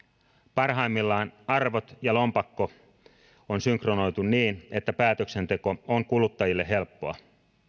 parhaimmillaan arvot ja lompakko on synkronoitu niin että päätöksenteko on kuluttajille helppoa